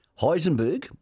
Heisenberg